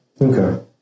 Okay